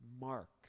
Mark